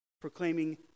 proclaiming